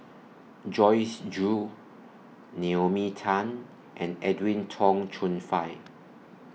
Joyce Jue Naomi Tan and Edwin Tong Chun Fai